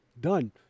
done